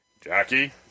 Jackie